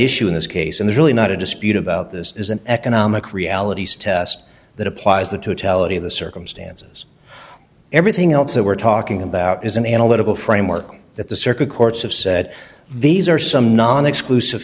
issue in this case and there really not a dispute about this is an economic realities test that applies the totality of the circumstances everything else that we're talking about is an analytical framework that the circuit courts have said these are some non exclusive